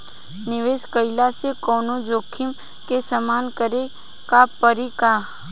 निवेश कईला से कौनो जोखिम के सामना करे क परि का?